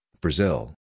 Brazil